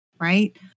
Right